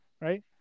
right